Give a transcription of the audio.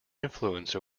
influence